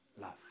love